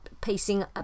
pacing